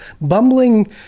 bumbling